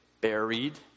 buried